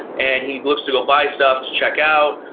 and he looks to go buy stuff to check out.